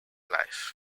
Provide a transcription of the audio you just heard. life